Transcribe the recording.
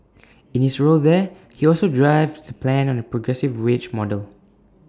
in his role there he also drives the plans on A progressive wage model